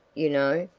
you know.